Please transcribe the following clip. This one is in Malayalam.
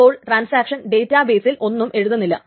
അപ്പോൾ ട്രാൻസാക്ഷൻ ഡേറ്റാ ബെയിസിൽ ഒന്നും എഴുതുന്നില്ല